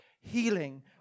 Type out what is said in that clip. healing